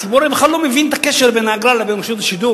הציבור הרי בכלל לא מבין את הקשר בין האגרה לבין רשות השידור.